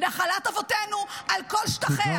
נחלת אבותינו על כל שטחיה.